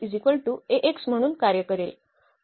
जे या म्हणून कार्य करेल